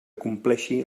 compleixi